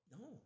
No